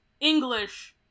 English